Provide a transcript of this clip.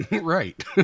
right